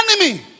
enemy